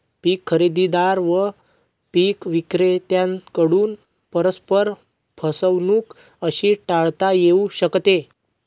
पीक खरेदीदार व पीक विक्रेत्यांकडून परस्पर फसवणूक कशी टाळता येऊ शकते?